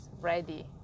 ready